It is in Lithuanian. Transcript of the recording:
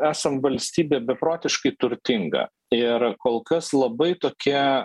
esam valstybė beprotiškai turtinga ir kol kas labai tokie